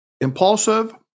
impulsive